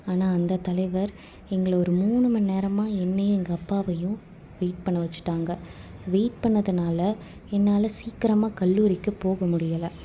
ஆனால் அந்த தலைவர் எங்களை ஒரு மூனு மணி நேரமாக என்னையும் எங்கள் அப்பாவையும் வெயிட் பண்ண வச்சிட்டாங்க வெயிட் பண்ணதனால என்னால் சீக்கிரமா கல்லூரிக்கு போக முடியலை